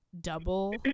double